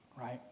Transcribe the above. right